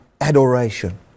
adoration